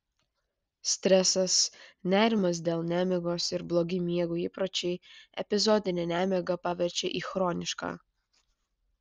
stresas nerimas dėl nemigos ir blogi miego įpročiai epizodinę nemigą paverčia į chronišką